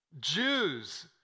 Jews